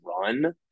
run